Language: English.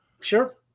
Sure